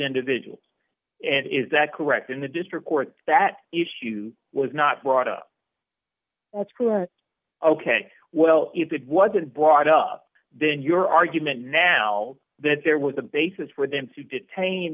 individuals and is that correct in the district court that issue was not brought up that's good ok well if it wasn't brought up then your argument now that there was a basis for them to detain